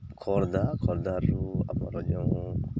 ଖୋର୍ଦ୍ଧା ଖୋର୍ଦ୍ଧାରୁ ଆମର ଯେଉଁ